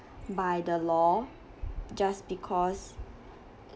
by the law just because